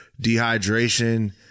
dehydration